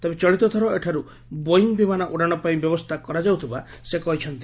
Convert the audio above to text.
ତେବେ ଚଳିତଥର ଏଠାରୁ ବୋଇଂ ବିମାନ ଉଡ଼ାଣ ପାଇଁ ବ୍ୟବସ୍ରା କରାଯାଉଥିବା ସେ କହିଛନ୍ତି